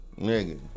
Nigga